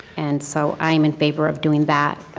and so i am in favor of doing that,